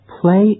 play